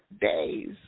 days